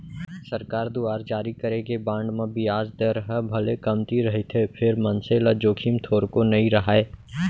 सरकार दुवार जारी करे गे बांड म बियाज दर ह भले कमती रहिथे फेर मनसे ल जोखिम थोरको नइ राहय